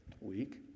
week